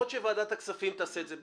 יכול להיות שוועדת הכספים תעשה את זה.